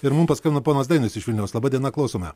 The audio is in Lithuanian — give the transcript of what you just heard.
ir mum paskambino ponas dainius iš vilniaus laba diena klausome